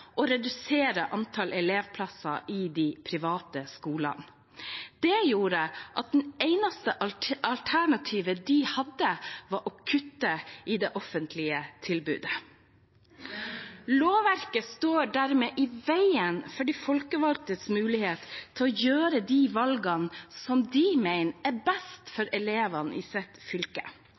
å redusere antall elevplasser i de private skolene. Det gjorde at det eneste alternativet de hadde, var å kutte i det offentlige tilbudet. Lovverket står dermed i veien for de folkevalgtes mulighet til å gjøre de valgene som de mener er best for elevene i sitt fylke.